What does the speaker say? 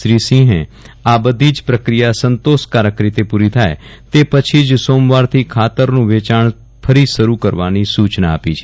શ્રી સિંહે આ બધી જ પ્રક્રિયા સંતોષકારક રીતે પૂરી થાય તે પછી જ સોમવારથી ખાતરનું વેચાણ ફરી શરૂ કરવાની સૂચના આપી છે